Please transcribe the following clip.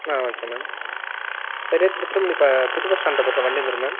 ஆ okay ma'am சரியா பா புது பஸ் ஸ்டாண்ட்கிட்ட வண்டி வந்துரும் மேம்